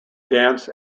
dance